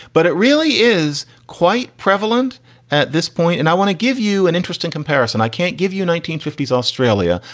but it really is quite prevalent at this point. and i want to give you an interesting comparison. i can't give you nineteen fifty s australia,